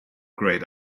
grayed